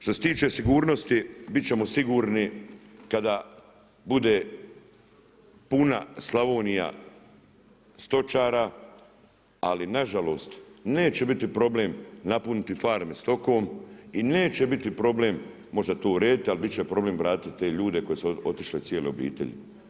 Što se tiče sigurnosti, biti ćemo sigurni, kada bude puna Slavonija stičara, ali nažalost, neće biti problem napuniti farme stokom i neće biti problem možda to urediti, ali biti će problem vratiti te ljude koji su otišli cijele obitelji.